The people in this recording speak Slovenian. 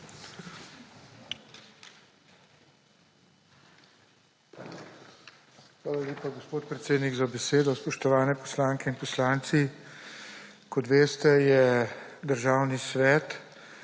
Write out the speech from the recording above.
Hvala lepa, gospod predsednik, za besedo. Spoštovani poslanke in poslanci! Kot veste, je Državni svet